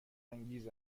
انگیز